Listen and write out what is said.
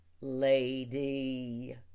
lady